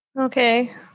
Okay